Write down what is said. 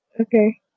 Okay